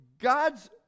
God's